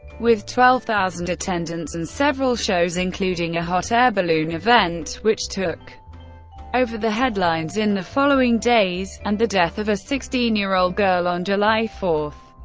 with twelve thousand attendants and several shows including a hot air balloon event, which took over the headlines in the following days, and the death of a sixteen year old girl on july four.